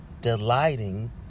Delighting